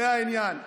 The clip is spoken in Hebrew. זה העניין.